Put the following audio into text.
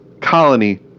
Colony